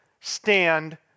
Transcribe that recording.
stand